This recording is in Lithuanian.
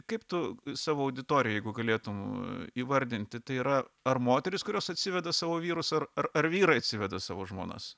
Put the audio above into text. kaip tu savo auditoriją jeigu galėtum įvardinti tai yra ar moterys kurios atsiveda savo vyrus ar ar ar vyrai atsiveda savo žmonas